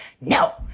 no